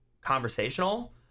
conversational